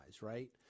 right